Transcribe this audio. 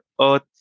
Earth